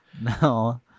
no